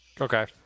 Okay